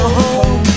home